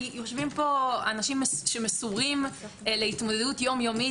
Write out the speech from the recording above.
כי יושבים פה אנשים שמסורים להתמודדות יום-יומית